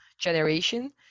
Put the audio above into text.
generation